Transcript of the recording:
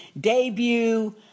debut